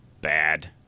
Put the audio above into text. bad